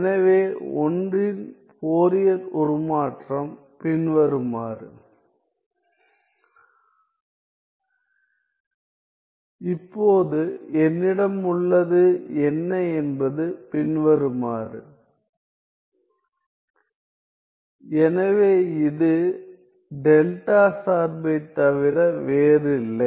எனவே 1 இன் ஃபோரியர் உருமாற்றம் பின்வருமாறு இப்போது என்னிடம் உள்ளது என்ன என்பது பின்வருமாறு எனவே இது டெல்டா சார்பைத் தவிர வேறில்லை